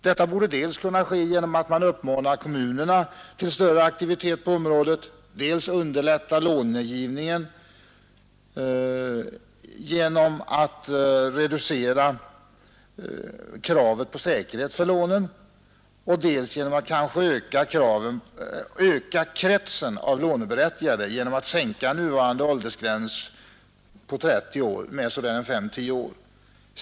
Detta borde kunna ske på det sättet att man dels uppmanar kommunerna till större aktivitet på området, dels underlättar långivningen genom att reducera kravet på säkerhet för lånen — och dels kanske ökar kretsen av låneberättigade genom att sänka nuvarande åldersgräns på 60 år med 5—-10 år.